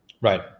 right